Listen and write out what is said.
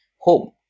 home